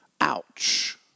ouch